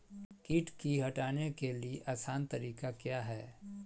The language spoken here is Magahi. किट की हटाने के ली आसान तरीका क्या है?